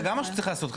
זה גם משהו שצריך לעשות.